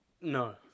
No